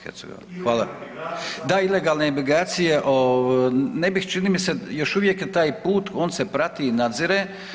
Hvala. … [[Upadica iz klupe se ne razumije]] Da ilegalne imigracije, ne bih čini mi se, još uvijek je taj put, on se prati i nadzire.